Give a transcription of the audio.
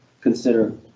consider